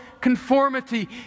conformity